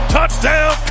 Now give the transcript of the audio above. Touchdown